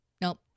Nope